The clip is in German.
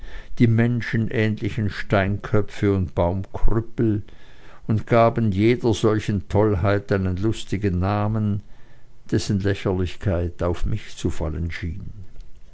die menschenähnlichen steinköpfe und baumkrüppel und gaben jeder solchen tollheit einen lustigen namen dessen lächerlichkeit auf mich zu fallen